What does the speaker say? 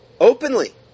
Openly